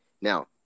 Now